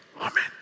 Amen